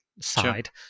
side